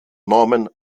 norman